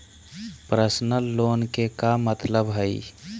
Personal loan के का मतलब हई?